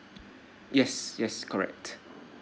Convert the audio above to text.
yes yes correct